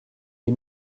les